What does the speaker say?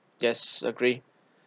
yes agree